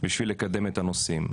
בשביל לקדם את הנושאים.